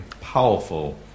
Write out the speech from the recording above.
powerful